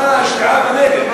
מה ההשקעה בנגב?